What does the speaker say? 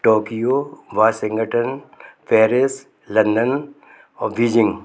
Tokyo Washington Paris London और Beijing